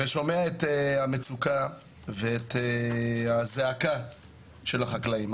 שומע את המצוקה והזעקה של החקלאים.